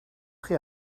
chi